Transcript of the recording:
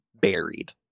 buried